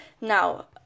Now